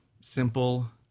simple